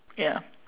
ya